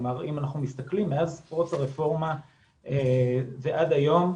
כלומר אם אנחנו מסתכלים מאז פרוץ הרפורמה ועד היום,